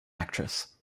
actress